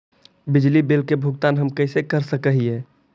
बिजली बिल के भुगतान हम कैसे कर सक हिय?